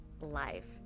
life